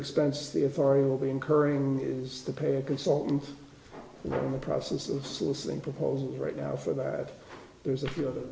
expense the authority will be incurring is the pay a consultant in the process of sourcing proposals right now for that there's a few of